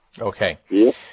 Okay